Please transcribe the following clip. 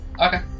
Okay